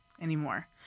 anymore